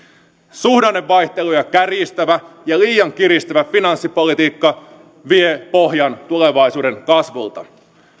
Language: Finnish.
suhdannevaihteluja kärjistävä ja liian kiristävä finanssipolitiikka vie pohjan tulevaisuuden kasvulta